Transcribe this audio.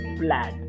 flat